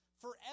forever